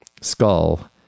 skull